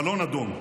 בלון אדום.